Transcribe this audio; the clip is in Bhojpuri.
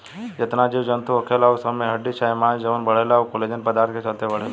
जेतना जीव जनतू होखेला उ सब में हड्डी चाहे मांस जवन बढ़ेला उ कोलेजन पदार्थ के चलते बढ़ेला